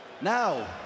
now